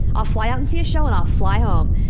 i'll fly out and see a show and i'll fly home.